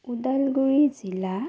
ওদালগুৰি জিলা